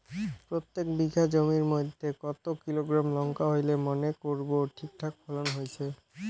প্রত্যেক বিঘা জমির মইধ্যে কতো কিলোগ্রাম লঙ্কা হইলে মনে করব ঠিকঠাক ফলন হইছে?